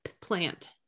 plant